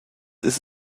ist